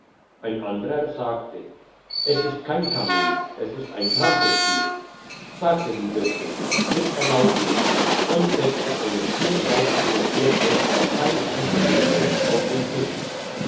ein anderer sagte es ist kein kamel es ist ein trampeltier sagte die wirtin mit erlaubnis und deckte eine schneeweisse serviette vom feinsten gebilde auf den tisch